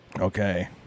Okay